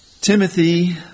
Timothy